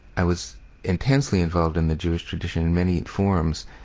i was intensely involved in the jewish tradition in many forms.